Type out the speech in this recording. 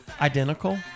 Identical